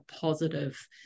positive